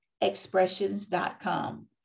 expressions.com